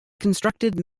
constructed